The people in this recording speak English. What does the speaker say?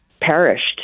perished